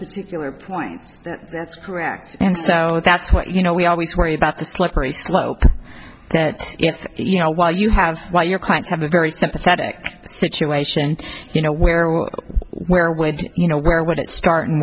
particular point that's correct and so that's what you know we always worry about the slippery slope that if you know why you have why your clients have a very sympathetic situation you know where oh where would you know where would it start and